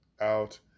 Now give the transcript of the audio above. out